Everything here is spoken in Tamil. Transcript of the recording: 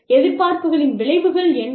எதிர்பார்ப்புகளின் விளைவுகள் என்ன